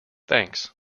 thanks